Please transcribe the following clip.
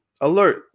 Alert